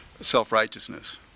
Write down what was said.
self-righteousness